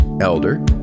elder